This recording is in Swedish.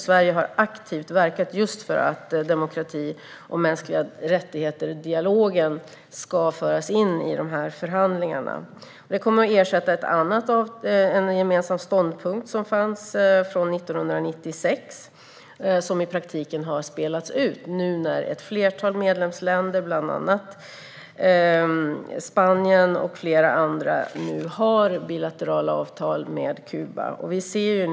Sverige har aktivt verkat just för att dialogen om demokrati och mänskliga rättigheter ska föras in i dessa förhandlingar. Detta avtal kommer att ersätta en gemensam ståndpunkt från 1996, som i praktiken har spelat ut sin roll nu när ett flertal medlemsländer - bland andra Spanien - har bilaterala avtal med Kuba.